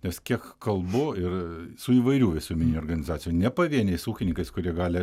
nes kiek kalbu ir su įvairių visuomeninių organizacijų ne pavieniais ūkininkais kurie gali